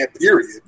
period